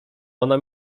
ona